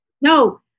no